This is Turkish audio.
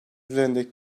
üzerindeki